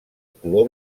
color